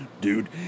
dude